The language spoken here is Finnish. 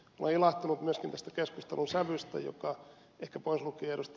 olen ilahtunut myöskin tästä keskustelun sävystä ehkä pois lukien ed